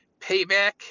Payback